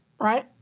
Right